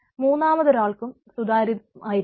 മൂന്നാമതൊരാൾക്കും സുതാര്യമായിരിക്കണം